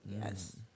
Yes